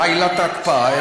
מה עילת ההקפאה?